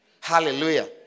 Hallelujah